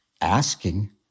asking